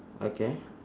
okay